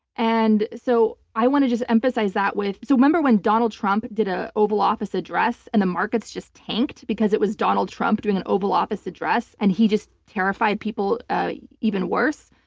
and so i want to just emphasize that with. so remember when donald trump did an ah oval office address and the markets just tanked because it was donald trump doing an oval office address and he just terrified people even worse.